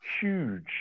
huge